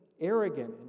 arrogant